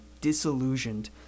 disillusioned